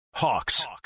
Hawks